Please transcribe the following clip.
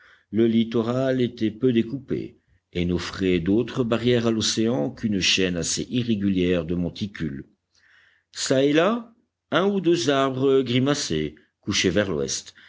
le littoral était peu découpé et n'offrait d'autre barrière à l'océan qu'une chaîne assez irrégulière de monticules çà et là un ou deux arbres grimaçaient couchés vers l'ouest